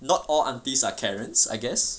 not all aunties are karens I guess